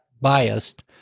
biased